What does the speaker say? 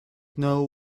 know